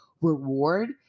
reward